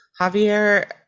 Javier